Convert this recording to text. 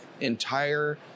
entire